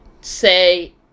say